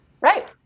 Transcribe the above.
Right